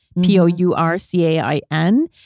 P-O-U-R-C-A-I-N